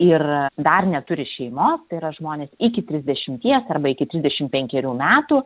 ir dar neturi šeimos tai yra žmonės iki trisdešimties arba iki trisdešim penkerių metų